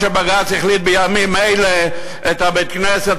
כמו שבג"ץ החליט בימים אלה את בית-הכנסת